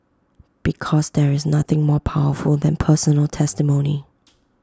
because there is nothing more powerful than personal testimony